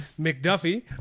McDuffie